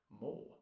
more